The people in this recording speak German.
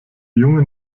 jungen